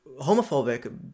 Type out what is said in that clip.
homophobic